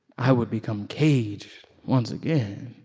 i would become caged once again,